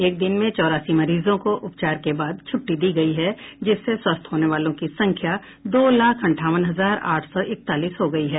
एक दिन में चौरासी मरीजों को उपचार के बाद छुट्टी दी गई जिससे स्वस्थ होने वालों की संख्या दो लाख अंठावन हजार आठ सौ इकतालीस हो गई है